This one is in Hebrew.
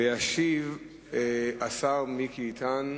ישיב השר מיקי איתן,